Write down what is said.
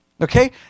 Okay